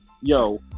yo